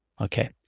Okay